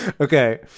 Okay